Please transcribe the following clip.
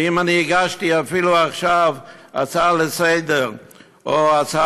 והגשתי אפילו עכשיו הצעה לסדר-היום,